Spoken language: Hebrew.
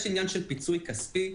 יש עניין של פיצוי כספי.